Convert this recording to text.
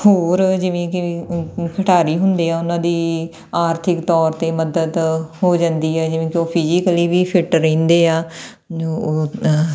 ਹੋਰ ਜਿਵੇਂ ਕਿ ਖਿਡਾਰੀ ਹੁੰਦੇ ਆ ਉਹਨਾਂ ਦੀ ਆਰਥਿਕ ਤੌਰ 'ਤੇ ਮਦਦ ਹੋ ਜਾਂਦੀ ਹੈ ਜਿਵੇਂ ਕਿ ਉਹ ਫਿਜੀਕਲੀ ਵੀ ਫਿਟ ਰਹਿੰਦੇ ਆ ਓ